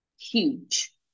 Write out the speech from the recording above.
huge